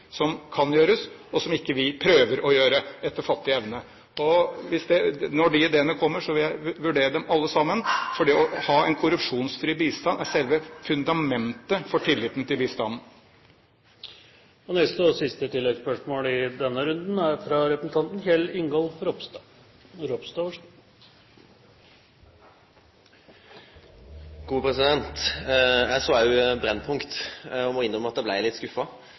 som kan gjøres, og som ikke vi prøver å gjøre etter fattig evne. Når de ideene kommer, vil jeg vurdere dem alle sammen, for det å ha en korrupsjonsfri bistand er selve fundamentet for tilliten til bistanden. Kjell Ingolf Ropstad – til oppfølgingsspørsmål. Eg såg òg Brennpunkt, og må innrømme at eg blei litt skuffa. Det var forhold der som kom fram, som var kritikkverdige, og det må